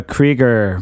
Krieger